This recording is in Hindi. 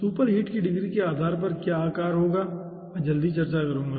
सुपरहीट की डिग्री के आधार पर आकार क्या होगा मैं जल्द ही चर्चा करूंगा